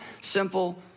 simple